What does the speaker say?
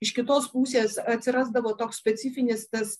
iš kitos pusės atsirasdavo toks specifinis tas